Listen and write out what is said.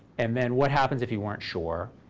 and then what happens if you weren't sure?